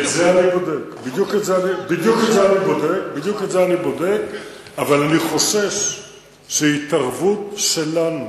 בדיוק את זה אני בודק, אבל אני חושש שהתערבות שלנו